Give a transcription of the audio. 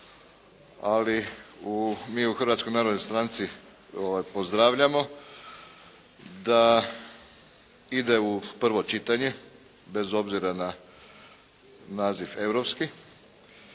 u, mi u Hrvatskoj narodnoj stranci pozdravljamo da ide u prvo čitanje bez obzira na naziv europski